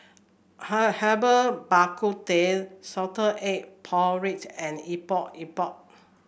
Herbal Bak Ku Teh Salted Egg pork and Epok Epok